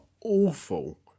awful